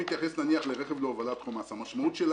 זה לא מתייחס לרכב להובלת- -- המשמעות,